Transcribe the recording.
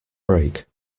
break